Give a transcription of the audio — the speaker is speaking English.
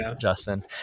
Justin